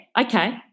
okay